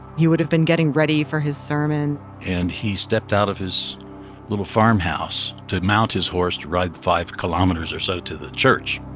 he would have been getting ready for his sermon and he stepped out of his little farmhouse to mount his horse to ride the five kilometers or so to the church